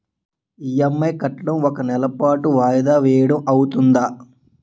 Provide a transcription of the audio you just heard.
EMI కట్టడం ఒక నెల పాటు వాయిదా వేయటం అవ్తుందా?